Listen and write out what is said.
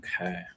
Okay